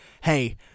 hey